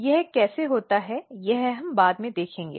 यह कैसे होता है यह हम बाद में देखेंगे